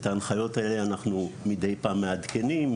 את ההנחיות האלה אנחנו מדי פעם מעדכנים,